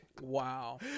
wow